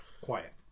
Quiet